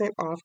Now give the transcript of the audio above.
off